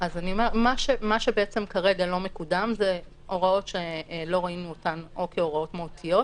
מה שבעצם כרגע לא מקודם זה הוראות שלא ראינו אותן או כהוראות מהותית,